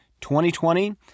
2020